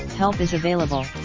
help is available.